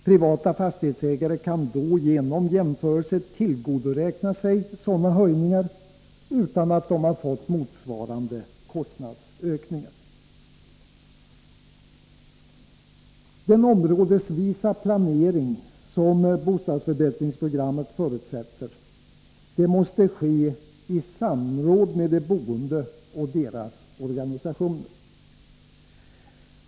Privata fastighetsägare kan då genom jämförelse tillgodoräkna sig sådana höjningar, utan att de fått motsvarande kostnadsökningar. Den planering områdesvis som bostadsförbättringsprogrammet förutsätter måste ske i samråd med de boende och deras organisationer.